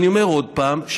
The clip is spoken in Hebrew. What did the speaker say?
אני אומר עוד פעם,